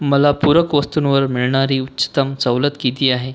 मला पूरक वस्तूंवर मिळणारी उच्चतम सवलत किती आहे